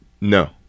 No